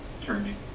turning